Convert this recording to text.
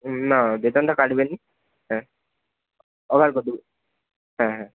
না বেতনটা কাটবে না হ্যাঁ ওভার করে দিবো হ্যাঁ হ্যাঁ